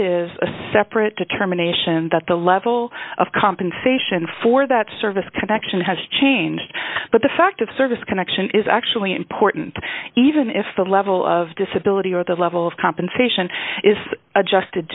is a separate determination that the level of compensation for that service connection has changed but the fact of service connection is actually important even if the level of disability or the level of compensation is adjusted